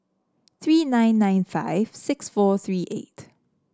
three nine nine five six four three eight